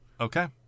Okay